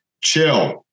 chill